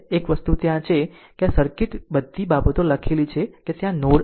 એક વસ્તુ ત્યાં છે કે આ બધી બાબતો લખેલી છે કે ત્યાં નોડ એ